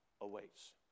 awaits